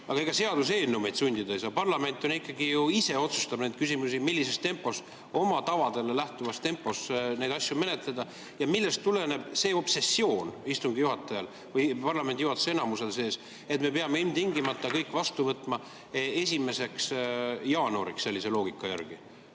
Aga ega seaduseelnõu meid sundida ei saa, parlament ise ju ikkagi otsustab neid küsimusi, millises oma tavadest lähtuvas tempos neid asju menetleda. Millest tuleneb see obsessioon istungi juhatajal või parlamendi juhatuse enamusel seal sees, et me peame ilmtingimata kõik vastu võtma 1. jaanuariks sellise loogika järgi?